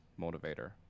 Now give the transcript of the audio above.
motivator